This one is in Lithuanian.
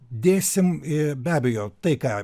dėsim į be abejo tai ką